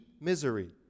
misery